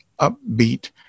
upbeat